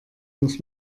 muss